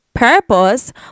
purpose